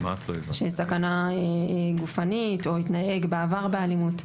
שיש סכנה גופנית או התנהג בעבר באלימות,